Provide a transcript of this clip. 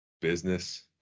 business